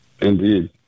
Indeed